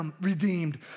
redeemed